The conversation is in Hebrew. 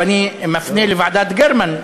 ואני מפנה לוועדת גרמן,